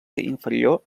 inferior